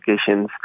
applications